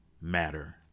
matter